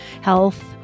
health